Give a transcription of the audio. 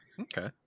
Okay